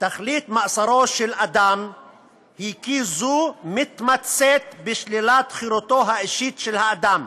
"תכלית מאסרו של אדם ככזו מתמצית בשלילת חירותו האישית של האדם,